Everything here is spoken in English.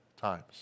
times